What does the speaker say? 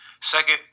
Second